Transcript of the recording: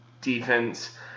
defense